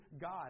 God